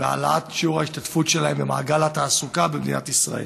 והעלאת שיעור ההשתתפות שלהם במעגל התעסוקה במדינת ישראל.